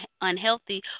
unhealthy